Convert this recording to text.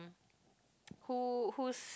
who who's